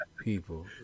people